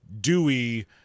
Dewey